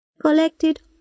Collected